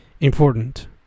Important